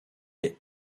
est